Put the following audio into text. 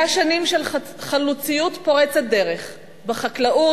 100 שנים של חלוציות פורצת דרך בחקלאות,